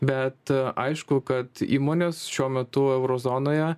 bet aišku kad įmonės šiuo metu euro zonoje